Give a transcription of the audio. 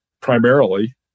primarily